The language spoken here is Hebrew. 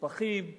מקופחים ורעבים.